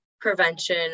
prevention